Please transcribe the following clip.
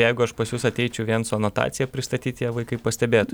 jeigu aš pas jus ateičiau vien su anotacija pristatyt ją vaikai pastebėtų iškart